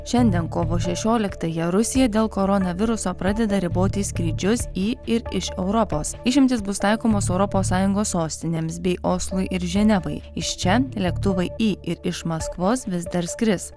šiandien kovo šešioliktąją rusija dėl koronaviruso pradeda riboti skrydžius į ir iš europos išimtys bus taikomos europos sąjungos sostinėms bei oslui ir ženevai iš čia lėktuvai į ir iš maskvos vis dar skris